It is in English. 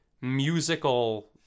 musical